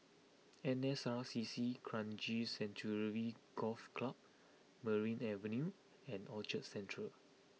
N S R C C Kranji Sanctuary Golf Club Merryn Avenue and Orchard Central